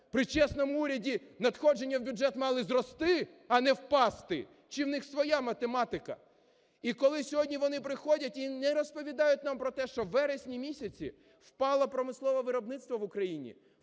При чесному уряді надходження в бюджет мали зрости, а не впасти. Чи у них своя математика? І коли сьогодні вони приходять і не розповідають нам про те, що в вересні-місяці впало промислове виробництво в Україні,